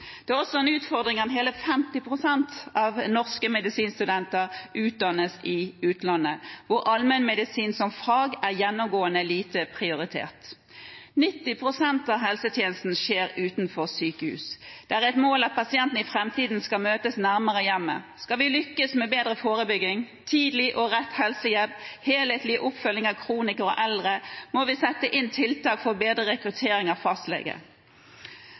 Det er også en utfordring at hele 50 pst. av norske medisinstudenter utdannes i utlandet, hvor allmennmedisin som fag er gjennomgående lite prioritert. 90 pst. av helsetjenesten skjer utenfor sykehus. Det er et mål at pasientene i framtiden skal møtes nærmere hjemmet. Skal vi lykkes med bedre forebygging, tidlig og rett helsehjelp og helhetlig oppfølging av kronikere og eldre, må vi sette inn tiltak for å bedre rekruttering av